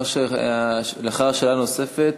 לאחר השאלה הנוספת,